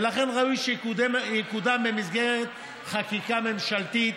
ולכן ראוי שיקודם במסגרת חקיקה ממשלתית,